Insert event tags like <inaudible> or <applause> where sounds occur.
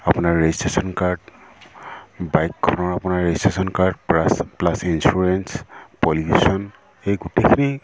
আপোনাৰ registration card বাইকখনৰ আপোনাৰ registration card <unintelligible> plus insurance pollution এই গোটেইখিনি